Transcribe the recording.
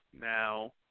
Now